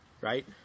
right